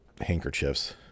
Handkerchiefs